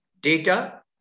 Data